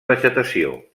vegetació